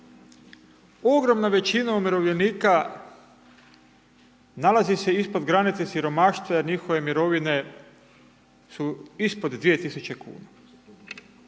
Ogromna većina umirovljenika nalazi se ispod granice siromaštva jer njihove mirovine su ispod 2000 kuna.